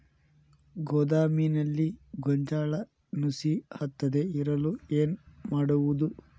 ಗೋದಾಮಿನಲ್ಲಿ ಗೋಂಜಾಳ ನುಸಿ ಹತ್ತದೇ ಇರಲು ಏನು ಮಾಡುವುದು?